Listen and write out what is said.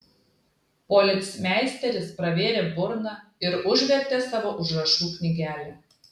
policmeisteris pravėrė burną ir užvertė savo užrašų knygelę